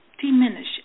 diminish